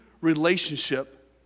relationship